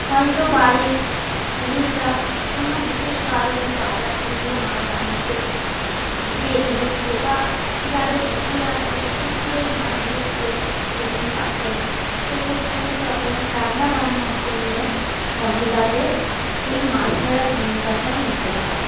হয়তো বাড়ির পুরুষরা কোনো বিশেষ কারণে বাজার থেকে মাছ আনতে দেরি হচ্ছে বা যাদের পুকুর আছে পুকুরের মাছ ধরতে সেদিন পারছে না সেক্ষেত্রে তখন রান্নাবান্নার জন্যে মহিলাদের এই মাছ ধরার ভূমিকাটা নিতে হয়